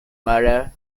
murder